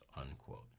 unquote